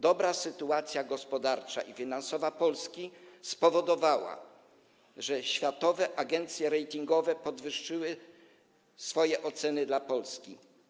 Dobra sytuacja gospodarcza i finansowa Polski spowodowała, że światowe agencje ratingowe podwyższyły swoje oceny dla Polski.